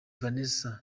vanessa